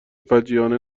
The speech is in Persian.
فجیعانه